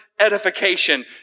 edification